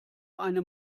eine